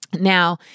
Now